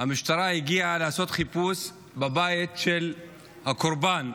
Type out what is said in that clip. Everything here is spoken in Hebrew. המשטרה הגיעה לעשות חיפוש בבית של הקורבן,